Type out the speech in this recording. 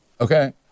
Okay